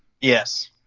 Yes